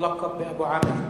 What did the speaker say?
אֵלְמֻלַקַבְּ בִּאַבּוּ עַאמֵר.